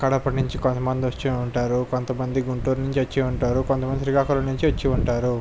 కడప నుంచి కొంతమంది వచ్చి ఉంటారు కొంతమంది గుంటూరు నుంచి వచ్చి ఉంటారు కొంతమంది శ్రీకాకుళం నుంచి వచ్చి ఉంటారు